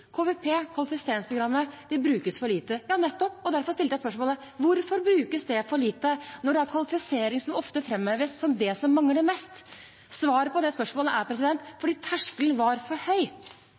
KVP, kvalifiseringsprogrammet, brukes for lite. Ja, nettopp – og derfor stilte jeg spørsmålet: Hvorfor brukes det for lite, når det er kvalifisering som ofte framheves som det som mangler mest? Svaret på det spørsmålet er at terskelen var for høy,